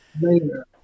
later